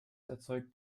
erzeugt